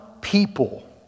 people